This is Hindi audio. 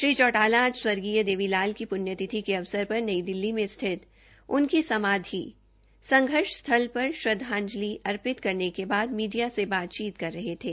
श्री चौटाला आज स्वर्गीय देवीलाल की प्ण्यतिथि के अवसर पर नई दिल्ली में स्थित उनकी समाधी संघर्ष स्थल पर श्रद्घांजलि अर्पित करने के बाद मीडिया से बातचीत कर रहे थे